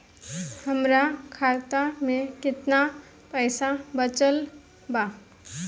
हमरा खाता मे केतना पईसा बचल बा?